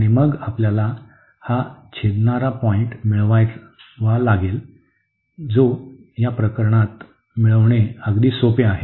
आणि मग आपल्याला हा छेदणारा पॉईंट मिळावावा लागेल जे या प्रकरणात अगदी सोपे आहे